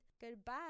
goodbye